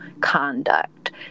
conduct